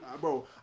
bro